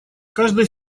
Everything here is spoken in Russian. каждая